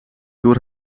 door